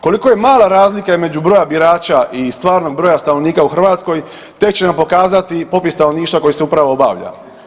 Koliko je mala razlika između broja birača i stvarnog broja stanovnika u Hrvatskoj tek će nam pokazati popis stanovništva koji se upravo obavlja.